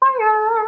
fire